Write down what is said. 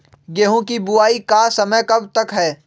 गेंहू की बुवाई का समय कब तक है?